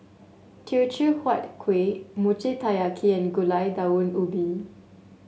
Teochew Huat Kuih Mochi Taiyaki and Gulai Daun Ubi